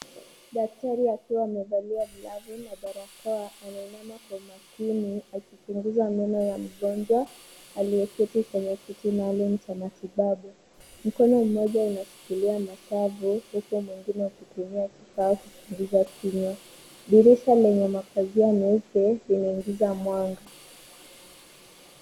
Daktari akiwa amevalia glavu na barakoa anainama kwa makini akichunguza meno ya mgonjwa aliyeketi kwenye kiti maalum cha matibabu. Mkono mmoja unashikilia mashavu huku mwingine ukitumia kifaa kuchunguza kinywa. Dirisha lenye mapazia nyeupe linaingiza mwanga.